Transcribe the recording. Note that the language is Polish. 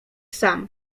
sam